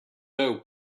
doe